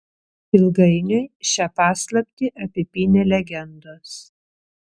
ilgainiui šią paslaptį apipynė legendos